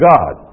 God